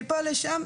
מפה לשם,